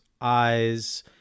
eyes